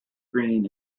green